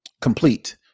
complete